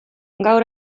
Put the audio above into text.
gaur